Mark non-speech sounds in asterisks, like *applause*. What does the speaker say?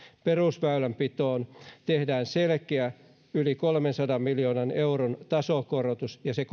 perusväylänpitoon tehdään selkeä yli kolmensadan miljoonan euron tasokorotus ja se *unintelligible*